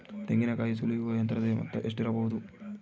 ತೆಂಗಿನಕಾಯಿ ಸುಲಿಯುವ ಯಂತ್ರದ ಮೊತ್ತ ಎಷ್ಟಿರಬಹುದು?